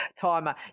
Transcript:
timer